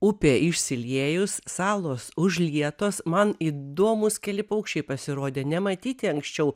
upė išsiliejus salos užlietos man įdomūs keli paukščiai pasirodė nematyti anksčiau